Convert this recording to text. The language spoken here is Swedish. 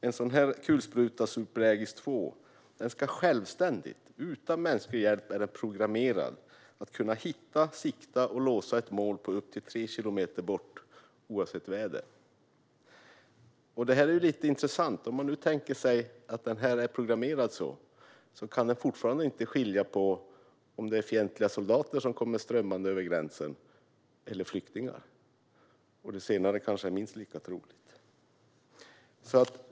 En sådan kulspruta, Super Aegis II, är programmerad att självständigt, utan mänsklig hjälp, hitta ett mål, sikta och låsa målet på upp till tre kilometers avstånd, oavsett väder. Detta är intressant. Om man tänker sig att den är programmerad kan den fortfarande inte skilja på om det är fientliga soldater eller flyktingar som kommer strömmande över gränsen; det senare kanske är minst lika troligt.